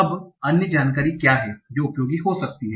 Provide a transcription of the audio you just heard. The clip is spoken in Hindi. अब अन्य जानकारी क्या हैं जो उपयोगी हो सकती है